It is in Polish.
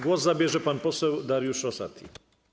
Głos zabierze pan poseł Dariusz Rosati.